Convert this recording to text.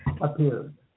appeared